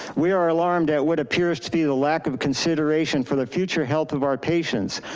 we are alarmed at what appears to be the lack of consideration for the future health of our patients.